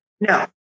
No